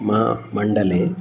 मा मण्डले